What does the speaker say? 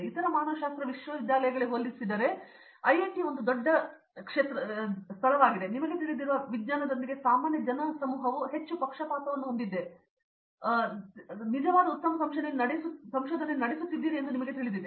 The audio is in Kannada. ಆದರೆ ಇತರ ಮಾನವಶಾಸ್ತ್ರ ವಿಶ್ವವಿದ್ಯಾಲಯಗಳಿಗೆ ಹೋಲಿಸಿದರೆ ಐಐಟಿ ಒಂದು ದೊಡ್ಡ ಗುರಿಯಾಗಿದೆ ನಾನು ನಿಮಗೆ ತಿಳಿದಿರುವ ವಿಜ್ಞಾನದೊಂದಿಗೆ ಸಾಮಾನ್ಯ ಜನಸಮೂಹವು ಹೆಚ್ಚು ಪಕ್ಷಪಾತವನ್ನು ಹೊಂದಿದೆ ಎಂದು ನನಗೆ ತಿಳಿದಿರುವ ಕಾರಣ ನೀವು ನಿಜವಾದ ಉತ್ತಮ ಸಂಶೋಧನೆ ನಡೆಸುತ್ತಿದ್ದೀರಿ ಎಂದು ನಿಮಗೆ ತಿಳಿದಿದೆ